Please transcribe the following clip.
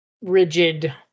rigid